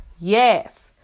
Yes